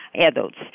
adults